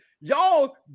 y'all